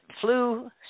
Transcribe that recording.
flu